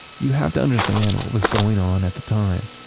you have to understand what was going on at the time.